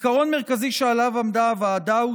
עיקרון מרכזי שעליו עמדה הוועדה הוא